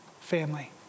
family